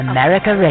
America